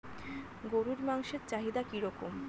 গরুর মাংসের চাহিদা কি রকম?